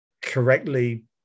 correctly